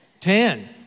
ten